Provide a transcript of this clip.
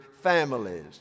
families